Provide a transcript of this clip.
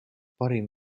parim